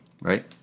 right